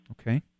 Okay